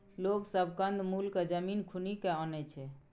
लोग सब कंद मूल केँ जमीन खुनि केँ आनय छै